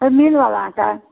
समीन वाला आचार